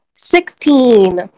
Sixteen